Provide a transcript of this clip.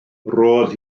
roedd